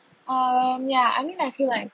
um ya I mean I feel like